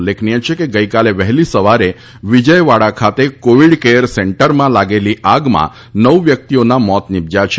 ઉલ્લેખનીય છે કે ગઈકાલે વહેલી સવારે વિજયવાડા ખાતે કોવીડ કેર સેન્ટરમાં લાગેલી આગમાં નવ વ્યકિતના મોત નીપજયા છે